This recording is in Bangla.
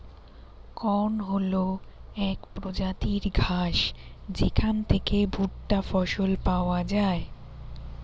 কর্ন হল এক প্রজাতির ঘাস যেখান থেকে ভুট্টা ফসল পাওয়া যায়